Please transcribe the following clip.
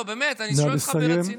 באמת, אני שואל אותך ברצינות.